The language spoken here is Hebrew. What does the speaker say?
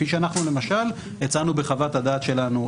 כפי שאנחנו למשל הצענו בחוות הדעת שלנו,